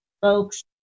folks